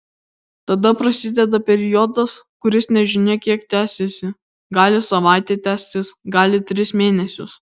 tada prasideda periodas kuris nežinia kiek tęsiasi gali savaitę tęstis gali tris mėnesius